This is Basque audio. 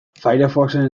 firefoxen